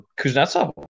Kuznetsov